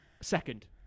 Second